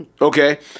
Okay